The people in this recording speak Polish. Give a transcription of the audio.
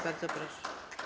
Bardzo proszę.